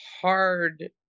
hard